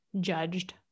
judged